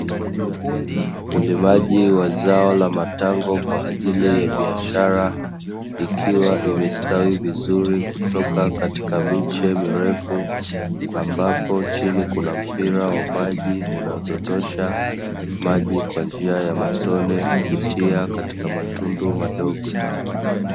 Ulimaji wa zao la matango kwa ajili ya biashara, ikiwa imestawi vizuri kutoka katika miche mirefu, ambapo chini kuna mpira wa maji, unaodondosha maji kwa njia ya matone, kupitia katika matundu madogo.